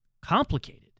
complicated